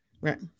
right